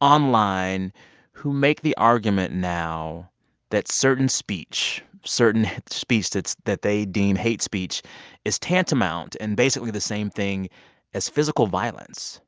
online who make the argument now that certain speech certain speech that they deem hate speech is tantamount and basically the same thing as physical violence.